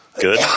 good